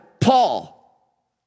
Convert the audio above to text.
Paul